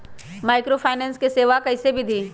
Microfinance के सेवा कइसे विधि?